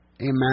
Amen